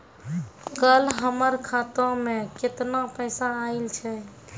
कल हमर खाता मैं केतना पैसा आइल छै?